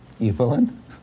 Evelyn